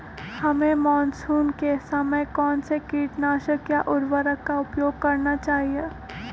हमें मानसून के समय कौन से किटनाशक या उर्वरक का उपयोग करना चाहिए?